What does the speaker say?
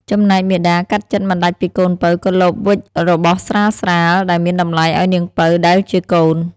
ចំណែកមាតាកាត់ចិត្តមិនដាច់ពីកូនពៅ ក៏លបវេចរបស់ស្រាលៗ ដែលមានតម្លៃឲ្យនាងពៅដែលជាកូន។